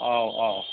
औ औ